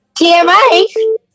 TMI